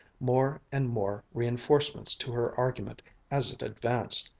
more and more reinforcements to her argument as it advanced.